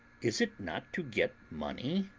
is it not to get money?